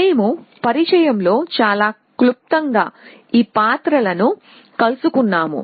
మేము పరిచయంలో చాలా క్లుప్తంగా ఈ పాత్రలను కలుసుకున్నాము